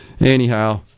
anyhow